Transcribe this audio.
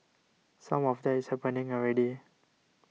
some of that is happening already